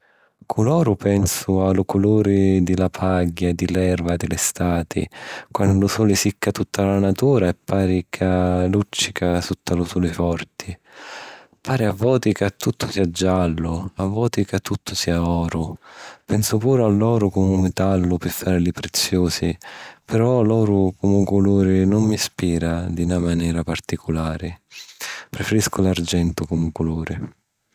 Cu l'oru pensu a lu culuri di la pagghia e di l'erva di la stati, quannu lu suli sicca tutta la natura e chista pari ca lùccica sutta lu suli forti. Pari a voti ca tuttu sia giallu, a voti ca tuttu sia oru. Penzu puru a l'oru comu metallu pi fari li preziusi, però l'oru comu culuri nun mi inspira di na manera particulari. Preferisciu l'argentu comu culuri.